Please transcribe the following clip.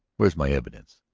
where's my evidence?